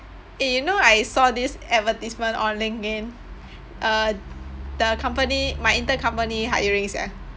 eh you know I saw this advertisement on LinkedIn uh the company my intern company hiring sia